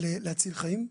על הצלת חיים?